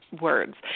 words